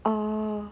orh